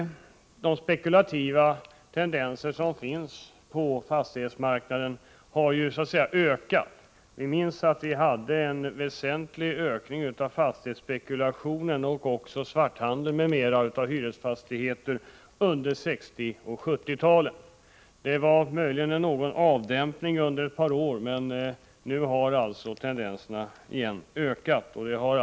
Spekulationerna på fastighetsmarknaden tenderar att öka. Vi hade en väsentlig ökning av fastighetsspekulationerna och även av den svarta handeln med hyresfastigheter under 60 och 70-talen. Under ett par år var det möjligen en viss dämpning, men nu är det alltså återigen en tendens till ökning.